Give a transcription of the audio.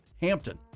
Hampton